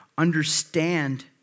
understand